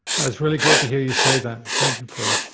was really great to hear you say that. thank you for, um,